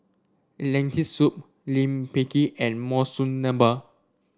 Lentil Soup Lime Pickle and Monsunabe